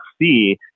see